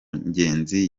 ngenzi